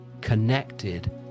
connected